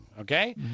okay